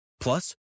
Plus